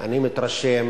אני מתרשם